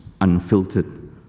unfiltered